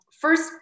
first